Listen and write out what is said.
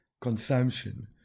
consumption